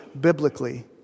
biblically